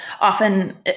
often